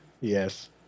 Yes